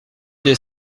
des